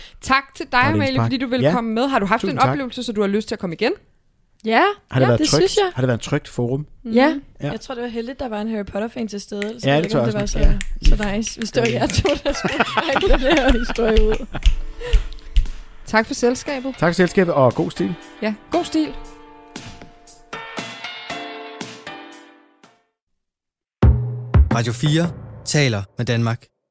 Tak til dig, Og Lene Amalie, Spang. fordi du ville Ja. komme med. Har du haft Tusind en tak. oplevelse, så du har lyst til at komme igen? Ja. Har det Ja, været det trygt? synes jeg. Har det været en trygt forum? Mhm. Ja. Ja. Jeg tror, det var heldigt, der var en Harry Potter-fan til stede, så Ja, jeg ved det ikke, om tror jeg det også, var man- så- ja. så nice, hvis det var jer to, Det er det. der skulle række den her historie ud. Tak for selskabet. Tak for selskabet, og god stil. Ja, god stil. Radio 4 taler med Danmark.